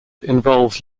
involves